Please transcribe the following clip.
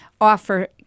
offer